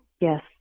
Yes